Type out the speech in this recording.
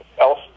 else